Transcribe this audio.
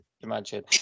Imagine